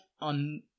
on